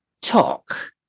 talk